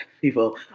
people